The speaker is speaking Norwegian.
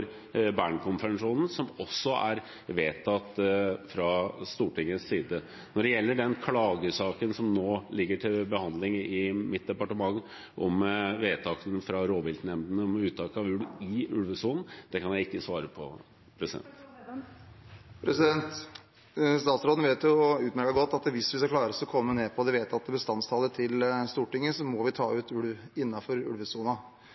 som også er vedtatt fra Stortingets side. Når det gjelder klagesaken som nå ligger til behandling i mitt departement om vedtak fra rovviltnemndene om uttak av ulv i ulvesonen, kan jeg ikke svare på det. Det åpnes for oppfølgingsspørsmål – først Trygve Slagsvold Vedum. Statsråden vet utmerket godt at hvis vi skal klare å komme oss ned på Stortingets vedtatte bestandsmål, må vi ta